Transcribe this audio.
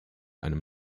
einem